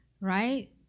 right